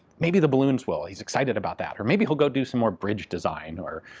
maybe the balloons will, he's excited about that. or maybe he'll go do some more bridge design, or,